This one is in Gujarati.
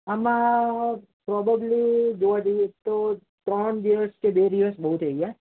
આમાં પ્રોબબ્લી દોઢ દિવસ તો ત્રણ દિવસ કે બે દિવસ બહુ થઈ ગયા